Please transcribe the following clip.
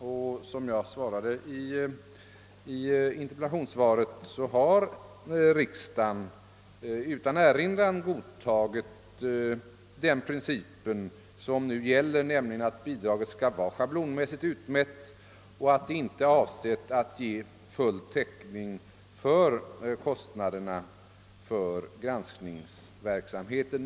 Såsom jag framhöll i interpellationssvaret har riksdagen utan erinran godtagit den princip som nu gäller, nämligen att bidraget skall vara schablonmässigt utmätt och inte är avsett att ge full täckning för kostnaderna för granskningsverksamheten.